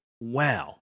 wow